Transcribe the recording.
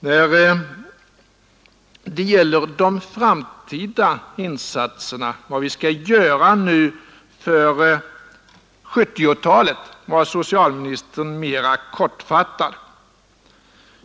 När det gäller de fortsatta insatserna, vad vi skall göra inför 1970-talet, var socialministern mera kortfattad.